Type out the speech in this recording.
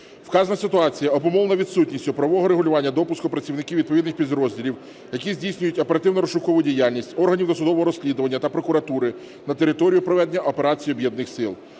Вказана ситуація обумовлена відсутністю правового регулювання допуску працівників відповідних підрозділів, які здійснюють оперативно-розшукову діяльність, органів досудового розслідування та прокуратури на територію проведення операції Об'єднаних сил.